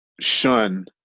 shun